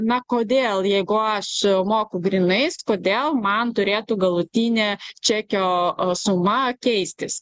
na kodėl jeigu aš moku grynais kodėl man turėtų galutinė čekio suma keistis